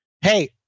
hey